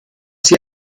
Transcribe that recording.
sie